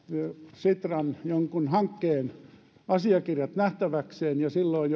sitran jonkun hankkeen asiakirjat nähtäväkseen ja silloin